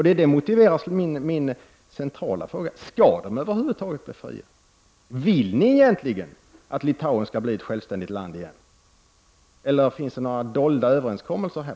Detta motiverar min centrala fråga: Skall de över huvud taget bli fria? Vill moderaterna att Litauen skall bli ett självständigt land igen? Finns det några dolda överenskommelser här?